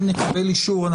אם נקבל אישור,